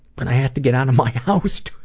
but i had to get out of my house,